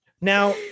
Now